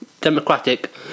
Democratic